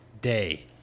day